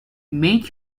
make